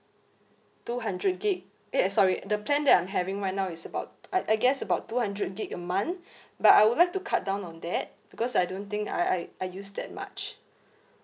two hundred gig eh eh sorry the plan that I'm having right now is about I I guess about two hundred gig a month but I would like to cut down on that because I don't think I I I use that much